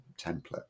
template